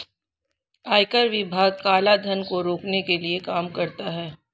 आयकर विभाग काला धन को रोकने के लिए काम करता है